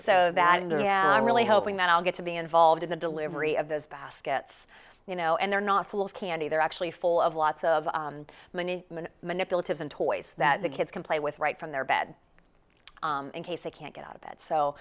so that and i'm really hoping that i'll get to be involved in the delivery of those baskets you know and they're not full of candy they're actually full of lots of money and manipulative and toys that the kids can play with right from their bed incase they can't get out of